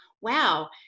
wow